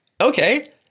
Okay